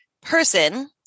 person